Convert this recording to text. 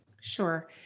Sure